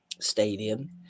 stadium